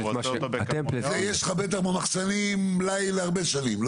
זה יש בוודאי במחסנים מלאי להרבה שנים.